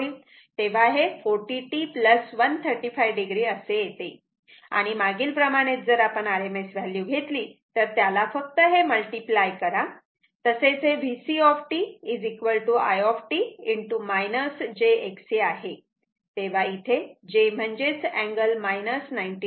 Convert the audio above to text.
तेव्हा हे 40 t 135 o असे येते आणि मागील प्रमाणेच जर आपण RMS व्हॅल्यू घेतली तर त्याला फक्त हे मल्टिप्लाय करा तसेच VC i j X C आहे तेव्हा इथे j म्हणजेच अँगल - 90o आहे